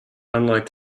unlike